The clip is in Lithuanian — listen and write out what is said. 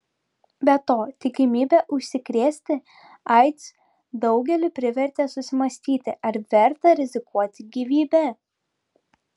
be to tikimybė užsikrėsti aids daugelį privertė susimąstyti ar verta rizikuoti gyvybe